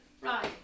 Right